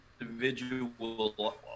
individual